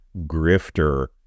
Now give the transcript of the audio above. grifter